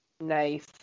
Nice